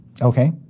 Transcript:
Okay